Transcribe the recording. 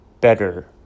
better